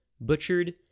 butchered